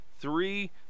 three